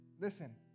Listen